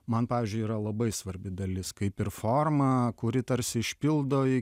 man pavyzdžiui yra labai svarbi dalis kaip ir forma kuri tarsi išpildo